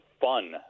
fun